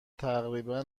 تقریبا